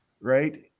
Right